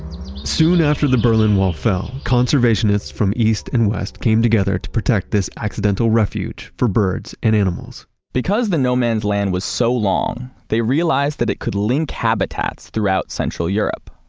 soon after the berlin wall fell, conservationists from east and west came together to protect this accidental refuge for birds and animals because the no man's land was so long, they realized that it could link habitats throughout central europe.